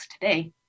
today